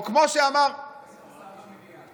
או כמו שאמר, אין שר במליאה.